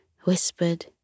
whispered